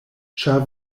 ĉar